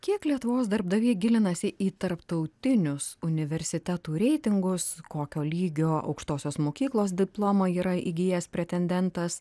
kiek lietuvos darbdaviai gilinasi į tarptautinius universitetų reitingus kokio lygio aukštosios mokyklos diplomą yra įgijęs pretendentas